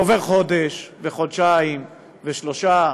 ועובר חודש, חודשיים ושלושה,